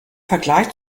vergleich